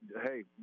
Hey